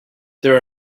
there